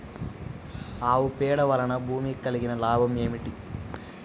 ఆవు పేడ వలన భూమికి కలిగిన లాభం ఏమిటి?